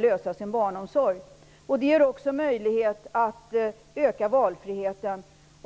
lösa sin barnomsorg. Det ger också möjlighet till ökad valfrihet.